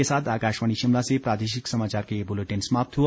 इसी के साथ आकाशवाणी शिमला से प्रादेशिक समाचार का ये बुलेटिन समाप्त हुआ